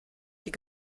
die